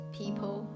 people